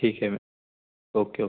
ठीक है ओके